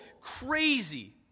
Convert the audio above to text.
crazy